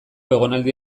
egonaldi